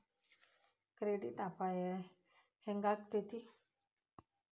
Credit ಅಪಾಯಾ ಹೆಂಗಾಕ್ಕತೇ?